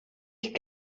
ich